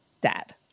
Dad